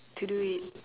to do it